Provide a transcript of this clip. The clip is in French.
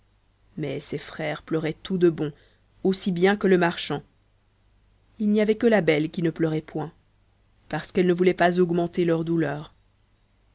mais ses frères pleuraient tout de bon aussi bien que le marchand il n'y avait que la belle qui ne pleurait point parce qu'elle ne voulait pas augmenter leur douleur